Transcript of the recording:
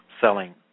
selling